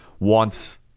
wants